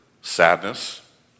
sadness